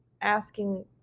asking